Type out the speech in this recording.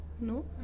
No